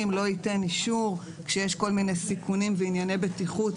לא ייתן אישור כשיש כל מיני סיכונים וענייני בטיחות.